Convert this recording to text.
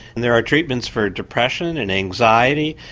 and there are treatments for depression and anxiety,